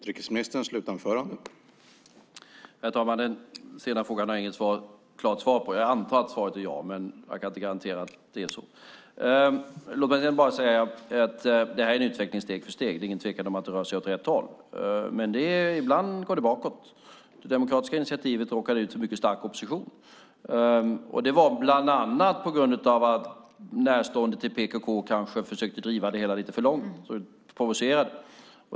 Herr talman! Den senare frågan har jag inget klart svar på. Jag antar att svaret är ja, men jag kan inte garantera att det är så. Detta är en utveckling steg för steg. Det är ingen tvekan om att det rör sig åt rätt håll, men ibland går det bakåt. Det demokratiska initiativet råkade ut för mycket stark opposition bland annat på grund av att närstående till PKK kanske försökte driva det hela lite för långt och provocerat.